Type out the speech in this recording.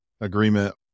agreement